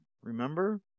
Remember